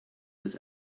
this